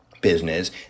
business